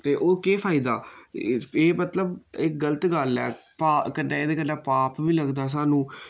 ते ओ केह् फाइदा एह् एह् मतलब एह् गल्त गल्ल ऐ पाप कन्नै एह्दे कन्नै पाप बी लगदा स्हानू